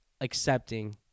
accepting